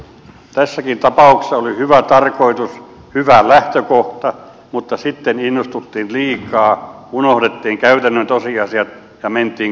tässäkin tapauksessa oli hyvä tarkoitus hyvä lähtökohta mutta sitten innostuttiin liikaa unohdettiin käytännön tosiasiat ja mentiin kohtuuttomuuksiin